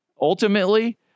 ultimately